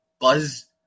Buzz